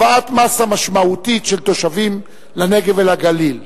הבאת מאסה משמעותית של תושבים לנגב ולגליל,